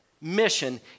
mission